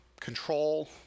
control